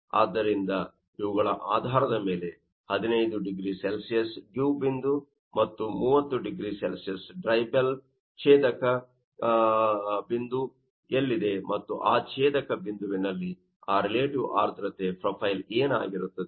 ಆದ್ದರಿಂದ ಇವುಗಳ ಆಧಾರದ ಮೇಲೆ 15 ಡಿಗ್ರಿ ಸೆಲ್ಸಿಯಸ್ ಡಿವ್ ಬಿಂದು ಮತ್ತು 30 ಡಿಗ್ರಿ ಸೆಲ್ಸಿಯಸ್ ಡ್ರೈ ಬಲ್ಬ್ ಛೇದಕ ಬಿಂದು ಎಲ್ಲಿದೆ ಮತ್ತು ಆ ಛೇದಕ ಬಿಂದುವಿನಲ್ಲಿ ಆ ರಿಲೇಟಿವ್ ಆರ್ದ್ರತೆ ಪ್ರೊಫೈಲ್ ಏನಾಗಿರುತ್ತದೆ